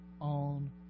on